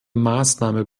maßnahme